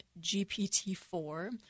GPT-4